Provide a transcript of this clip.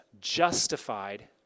justified